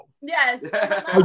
Yes